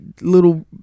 little